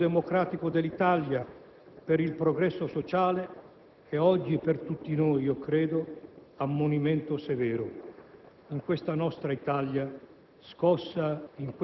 per il rinnovamento democratico dell'Italia, per il progresso sociale è oggi per tutti noi - credo - ammonimento severo. In questa nostra Italia,